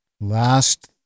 Last